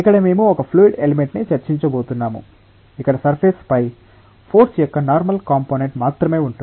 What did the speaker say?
ఇక్కడ మేము ఒక ఫ్లూయిడ్ ఎలిమెంట్ ని చర్చించబోతున్నాము ఇక్కడ సర్ఫేస్ పై ఫోర్స్ యొక్క నార్మల్ కంపోనెంట్ మాత్రమే ఉంటుంది